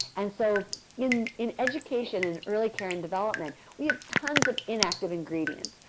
and so in in education and early caring development we have tons of inactive ingredients.